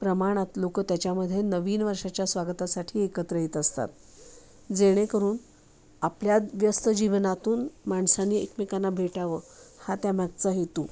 प्रमाणात लोक त्याच्यामध्ये नवीन वर्षाच्या स्वागतासाठी एकत्र येत असतात जेणेकरून आपल्या व्यस्त जीवनातून माणसानी एकमेकांना भेटावं हा त्या मागचा हेतू